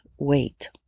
wait